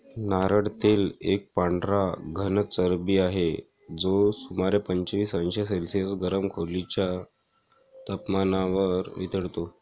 नारळ तेल एक पांढरा घन चरबी आहे, जो सुमारे पंचवीस अंश सेल्सिअस गरम खोलीच्या तपमानावर वितळतो